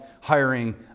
hiring